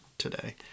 today